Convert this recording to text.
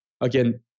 Again